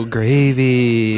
Gravy